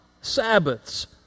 Sabbaths